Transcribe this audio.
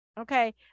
Okay